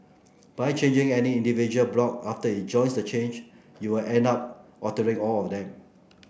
by changing any individual block after it joins the chain you'll end up altering all of them